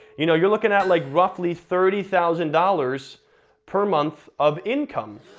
you know you're looking at like roughly thirty thousand dollars per month, of income.